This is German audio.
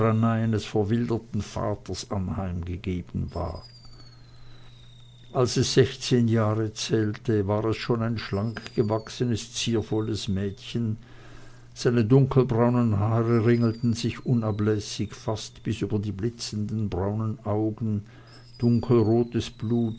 verwilderten vaters anheimgegeben war als es sechzehn jahre zählte war es schon ein schlankgewachsenes ziervolles mädchen seine dunkelbraunen haare ringelten sich unablässig fast bis über die blitzenden braunen augen dunkelrotes blut